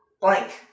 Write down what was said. Blank